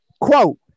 quote